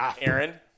Aaron